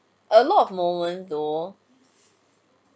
a lot of moment though